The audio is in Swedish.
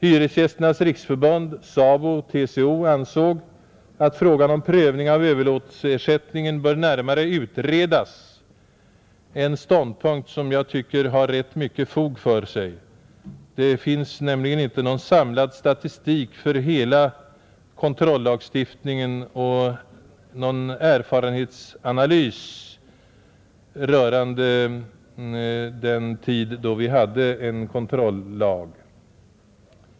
Hyresgästernas riksförbund, SABO och TCO ansåg att frågan om prövning av överlåtelseersättningen bör närmare utredas, en ståndpunkt som jag tycker har rätt mycket fog för sig. Det finns nämligen inte någon samlad statistik för hela kontrollagstiftningen och inte någon erfarenhetsanalys rörande den tid då vi hade en kontrollag.